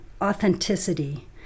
authenticity